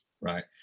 Right